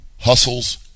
hustles